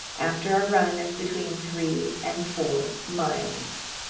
after a run of between three and four miles.